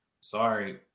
sorry